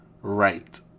right